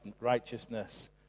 righteousness